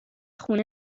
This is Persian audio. خونه